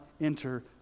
enter